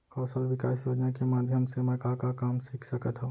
कौशल विकास योजना के माधयम से मैं का का काम सीख सकत हव?